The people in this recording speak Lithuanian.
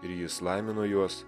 ir jis laimino juos